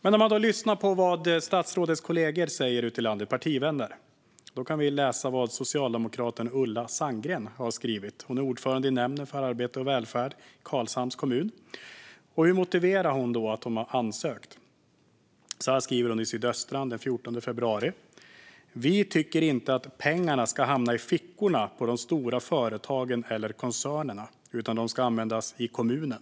Man kan lyssna på vad statsrådets partivänner ute i landet säger. Socialdemokraten Ulla Sandgren är ordförande i nämnden för arbete och välfärd i Karlshamns kommun. Hur motiverar hon då att de har ansökt? Så här skriver hon i Sydöstran den 14 februari: "Vi tycker inte att pengarna ska hamna i fickorna på de stora företagen eller koncernerna, utan de ska användas i kommunen.